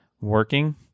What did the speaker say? working